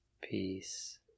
Peace